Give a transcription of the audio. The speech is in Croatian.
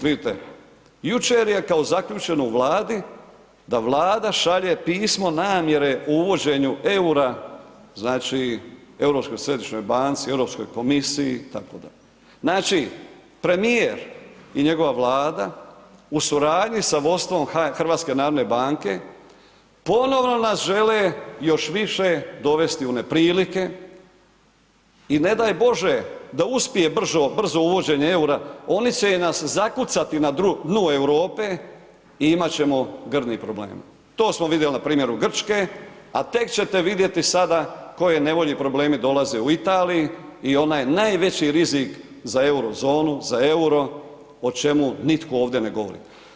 Vidite, jučer je kao zaključeno u Vladi da Vlada šalje pismo namjere o uvođenju EUR-a znači Europskoj središnjoj banci, Europskoj komisiji, znači premijer i njegova Vlada u suradnji sa vodstvom HNB-a ponovo nas žele još više dovesti u neprilike i ne daj Bože da uspije brzo uvođenje EUR-a, oni će nas zakucati na dnu Europe i imat ćemo grdnih problema, to smo vidjeli na primjeru Grčke, a tek ćete vidjeti sada koje nevolje i problemi dolaze u Italiji i ona je najveći rizik za Eurozonu, za EUR-o, o čemu nitko ovdje ne govori.